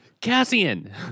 Cassian